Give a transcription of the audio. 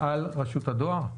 על בנק הדואר?